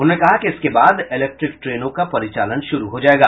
उन्होंने कहा कि इसके बाद इलेक्ट्रिक ट्रेनों का परिचालन शुरू हो जायेगा